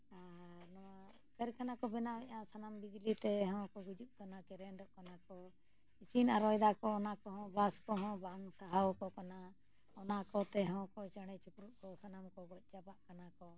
ᱟᱨ ᱱᱚᱣᱟ ᱠᱟᱹᱨᱠᱷᱟᱱᱟ ᱠᱚ ᱵᱮᱱᱟᱣᱮᱫᱼᱟ ᱥᱟᱱᱟᱢ ᱵᱤᱡᱽᱞᱤ ᱛᱮᱦᱚᱸ ᱠᱚ ᱜᱩᱡᱩᱜ ᱠᱟᱱᱟ ᱼᱚᱜ ᱠᱟᱱᱟ ᱠᱚ ᱤᱥᱤᱱᱼᱟᱹᱨᱩ ᱮᱫᱟᱠᱚ ᱚᱱᱟ ᱠᱚᱦᱚᱸ ᱵᱟᱥ ᱠᱚᱦᱚᱸ ᱵᱟᱝ ᱥᱟᱦᱟᱣ ᱟᱠᱚ ᱠᱟᱱᱟ ᱚᱱᱟ ᱠᱚᱛᱮ ᱦᱚᱸ ᱠᱚ ᱪᱮᱬᱮ ᱪᱤᱯᱨᱩᱫ ᱠᱚ ᱥᱟᱱᱟᱢ ᱠᱚ ᱜᱚᱡ ᱪᱟᱵᱟᱜ ᱠᱟᱱᱟᱠᱚ